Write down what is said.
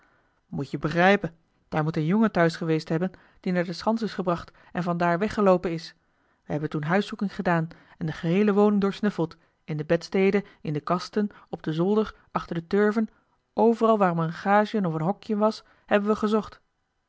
moet je begrijpen daar moet een jongen thuis geweest hebben die naar de schans is gebracht en van daar weggeloopen is we hebben toen huiszoeking gedaan en de geheele woning doorsnuffeld in de bedsteden in de kasten op den zolder achter de turven overal waar maar een gaagien of een hokkien was hebben we gezocht